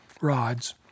rods